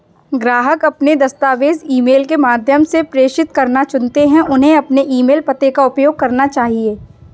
ग्राहक अपने दस्तावेज़ ईमेल के माध्यम से प्रेषित करना चुनते है, उन्हें अपने ईमेल पते का उपयोग करना चाहिए